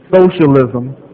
socialism